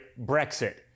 Brexit